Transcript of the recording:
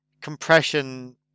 compression